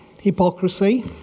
hypocrisy